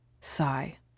Sigh